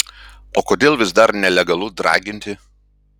o kodėl vis dar nelegalu draginti